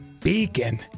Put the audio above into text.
beacon